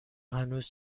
هنوز